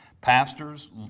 pastors